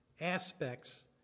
aspects